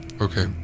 Okay